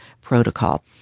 protocol